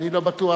אני לא בטוח,